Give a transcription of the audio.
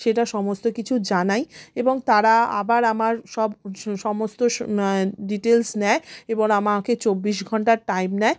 সেটা সমস্ত কিছু জানাই এবং তারা আবার আমার সব সমস্ত সম ডিটেলস নেয় এবং আমাকে চব্বিশ ঘন্টা টাইম নেয়